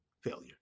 failure